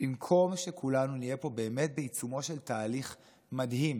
במקום שכולנו נהיה פה באמת בעיצומו של תהליך מדהים,